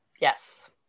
Yes